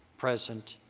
present,